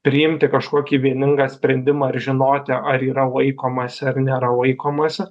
priimti kažkokį vieningą sprendimą ar žinoti ar yra laikomasi ar nėra laikomasi